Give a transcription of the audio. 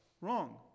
wrong